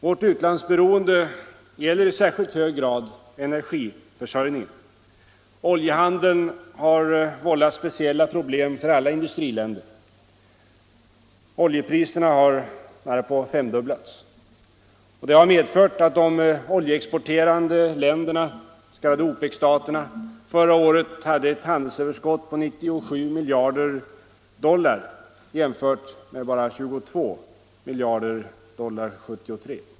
Vårt utlandsberoende gäller i särskilt hög grad energiförsörjningen. Oljehandeln har vållat speciella problem för alla industriländer. Oljepriserna har närapå femdubblats. Det har medfört att de oljeexporterande länderna - OPEC-staterna — förra året hade ett handelsöverskott på 97 miljarder dollar jämfört med 22 miljarder 1973.